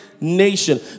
nation